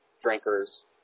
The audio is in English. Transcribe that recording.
drinkers